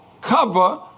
cover